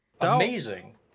Amazing